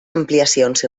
ampliacions